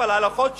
אבל הלכות שונות.